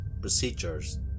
procedures